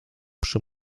przy